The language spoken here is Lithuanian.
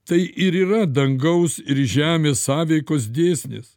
tai ir yra dangaus ir žemės sąveikos dėsnis